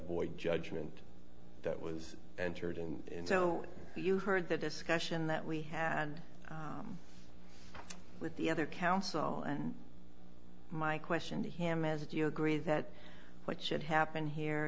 void judgment that was entered and so you heard the discussion that we had with the other counsel and my question to him is it you agree that what should happen here